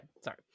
sorry